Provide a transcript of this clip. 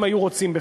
אם היו רוצים בכך,